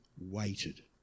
waited